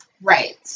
Right